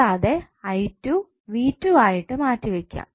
കൂടാതെ ആയിട്ട് മാറ്റിവയ്ക്കാം